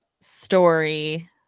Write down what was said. story